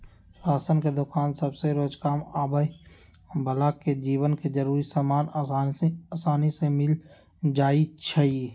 ration के दोकान सभसे रोजकाम आबय बला के जीवन के जरूरी समान असानी से मिल जाइ छइ